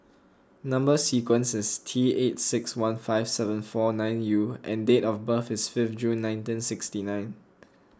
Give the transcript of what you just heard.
Number Sequence is T eight six one five seven four nine U and date of birth is fifth June nineteen sixty nine